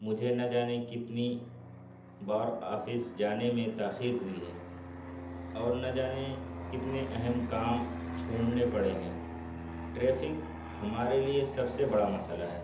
مجھے نہ جانے کتنی بار آفس جانے میں تاخیر ہوئی ہے اور نہ جانے کتنے اہم کام چھوڑنے پڑے ہیں ٹریفک ہمارے لیے سب سے بڑا مسئلہ ہے